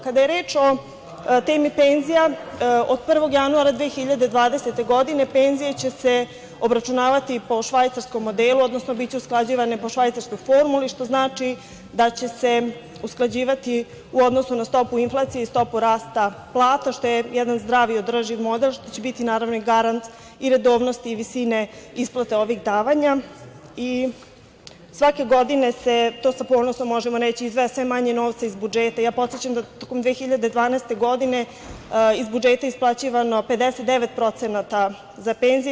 Kada je reč o temi penzija, od 1. januara 2020. godine penzije će se obračunavati po švajcarskom modelu, odnosno biće usklađivane po švajcarskoj formuli, što znači da će se usklađivati u odnosu na stopu inflacije i stopu rasta plata, što je jedan zdrav i održiv model, što će biti naravno i garant i redovnost i visine isplate ovih davanja i svake godine se, to sa ponosom možemo reći, izdvaja manje novca iz budžeta i ja podsećam da tokom 2012. godine iz budžeta isplaćivano 59% za penzije.